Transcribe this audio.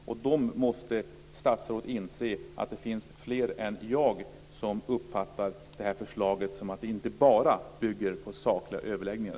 Statsrådet måste inse att det finns fler än jag som uppfattar det som att det här förslaget inte bara bygger på sakliga överväganden.